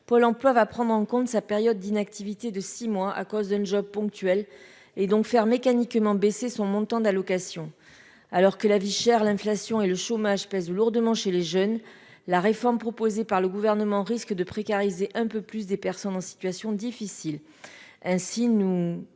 Pôle emploi va prendre en compte sa période d'inactivité de six mois à cause d'un job ponctuel, ce qui va faire mécaniquement baisser le montant de son allocation. Alors que la vie chère, l'inflation et le chômage pèsent lourdement sur les jeunes, la réforme proposée par le Gouvernement risque de précariser un peu plus encore des personnes en situation difficile. C'est pourquoi